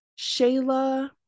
Shayla